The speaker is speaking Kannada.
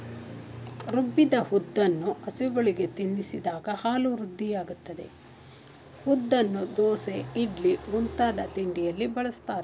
ರುಬ್ಬಿದ ಉದ್ದನ್ನು ಹಸುಗಳಿಗೆ ತಿನ್ನಿಸಿದಾಗ ಹಾಲು ವೃದ್ಧಿಯಾಗ್ತದೆ ಉದ್ದನ್ನು ದೋಸೆ ಇಡ್ಲಿ ಮುಂತಾದ ತಿಂಡಿಯಲ್ಲಿ ಬಳಸ್ತಾರೆ